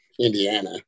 Indiana